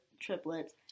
Triplets